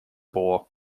bore